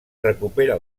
recupera